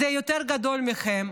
זה יותר גדול מכם,